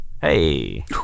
Hey